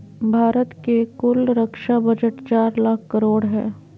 भारत के कुल रक्षा बजट चार लाख करोड़ हय